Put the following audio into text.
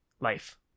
life